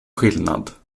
skillnad